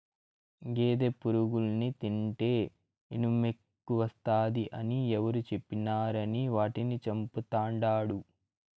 గేదె పురుగుల్ని తింటే ఇనుమెక్కువస్తాది అని ఎవరు చెప్పినారని వాటిని చంపతండాడు